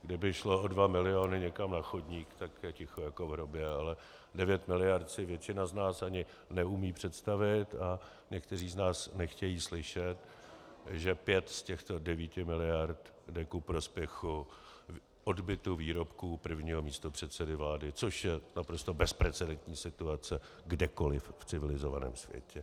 Kdyby šlo o dva miliony někam na chodník, tak je ticho jako v hrobě, ale devět miliard si většina z nás ani neumí představit a někteří z nás nechtějí slyšet, že pět z těchto devíti miliard jde ku prospěchu odbytu výrobků prvního místopředsedy vlády, což je naprosto bezprecedentní situace kdekoliv v civilizovaném světě.